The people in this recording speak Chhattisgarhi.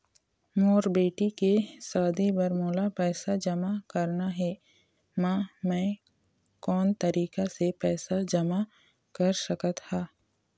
मोर बेटी के शादी बर मोला पैसा जमा करना हे, म मैं कोन तरीका से पैसा जमा कर सकत ह?